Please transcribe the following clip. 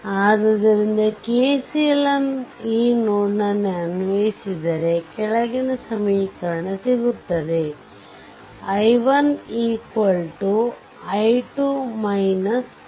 ಆದ್ದರಿಂದ KCL ಈ ನೋಡ್ನಲ್ಲಿ ಅನ್ವಯಿಸಿದರೆ ಕೆಳಗಿನ ಸಮೀಕರಣ ಸಿಗುತ್ತದೆ i1 i2 6